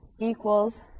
equals